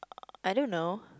I don't know